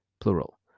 plural